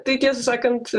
tai tiesą sakant